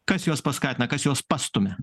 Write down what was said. kas juos paskatina kas juos pastumia